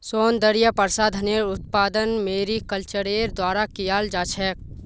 सौन्दर्य प्रसाधनेर उत्पादन मैरीकल्चरेर द्वारा कियाल जा छेक